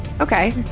Okay